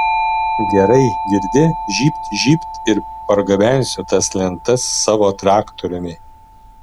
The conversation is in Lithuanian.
gerai girdi žybt žybt ir pargabensiu tas lentas savo traktoriumi